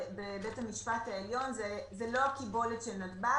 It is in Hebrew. בבית המשפט העליון היא לא הקיבולת של נתב"ג,